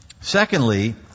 Secondly